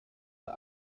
der